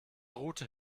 route